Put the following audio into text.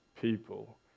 people